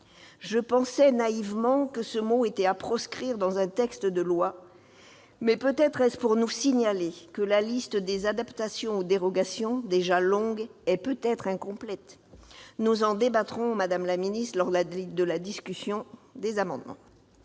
Je pensais naïvement que ce mot était à proscrire dans un texte de loi, mais peut-être est-ce pour nous signaler que la liste des adaptations ou des dérogations, déjà longue, est incomplète. Nous en débattrons, madame la ministre, lors de la discussion des amendements.